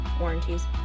warranties